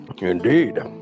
Indeed